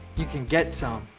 you can get some.